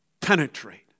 Penetrate